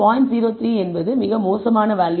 03 என்பது மிக மோசமான வேல்யூ இல்லை